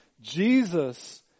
Jesus